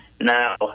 Now